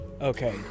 Okay